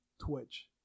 Twitch